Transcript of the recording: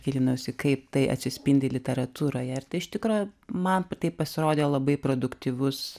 gilinausi kaip tai atsispindi literatūroje ir iš tikro man tai pasirodė labai produktyvus